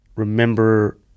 Remember